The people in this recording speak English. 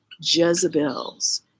Jezebels